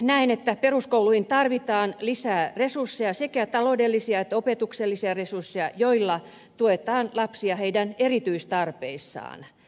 näen että peruskouluihin tarvitaan lisää resursseja sekä taloudellisia että opetuksellisia resursseja joilla tuetaan lapsia heidän erityistarpeissaan